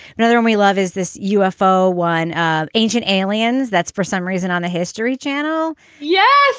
another one we love is this ufo, one of ancient aliens. that's for some reason on the history channel yeah